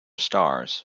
stars